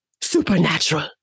supernatural